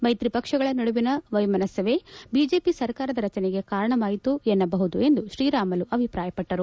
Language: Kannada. ಮೈತ್ರಿ ಪಕ್ಷಗಳ ನಡುವಿನ ವೈಮನಸ್ಥವೇ ಬಿಜೆಪಿ ಸರ್ಕಾರದ ರಚನೆಗೆ ಕಾರಣವಾಯಿತು ಎನ್ನಬಹುದು ಎಂದು ಶ್ರೀರಾಮುಲು ಅಭಿಪ್ರಾಯಪಟ್ಟರು